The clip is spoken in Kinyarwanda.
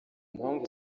mpamvu